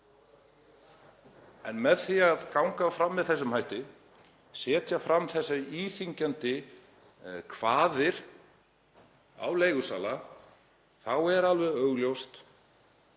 En með því að ganga fram með þessum hætti, setja þessar íþyngjandi kvaðir á leigusala, er augljóst